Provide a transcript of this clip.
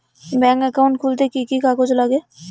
Bank account খুলতে কি কি কাগজ লাগে?